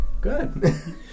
Good